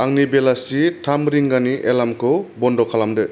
आंनि बेलासि थाम रिंगानि एलार्मखौ बन्द' खालामदो